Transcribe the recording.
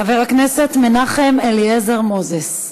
חבר הכנסת מנחם אליעזר מוזס,